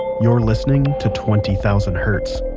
you're listening to twenty thousand hertz.